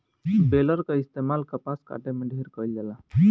baler कअ इस्तेमाल कपास काटे में ढेर कइल जाला